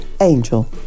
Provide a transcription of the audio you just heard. angel